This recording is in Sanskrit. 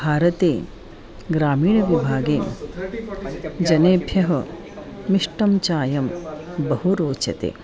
भारते ग्रामीणविभागे जनेभ्यः मिष्टं चायं बहु रोचते